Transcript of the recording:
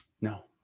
No